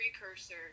precursor